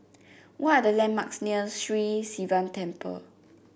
what are the landmarks near Sri Sivan Temple